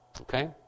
Okay